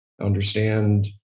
understand